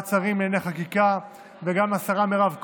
בוועדת שרים לענייני חקיקה, וגם לשרה מירב כהן,